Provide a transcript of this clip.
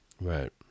Right